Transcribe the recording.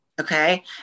Okay